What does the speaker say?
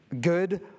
good